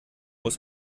muss